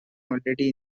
already